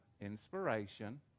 inspiration